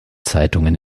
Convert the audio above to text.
zeitungen